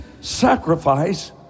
sacrifice